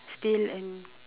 still and